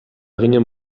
ginen